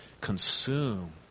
consume